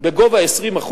בגובה 20%,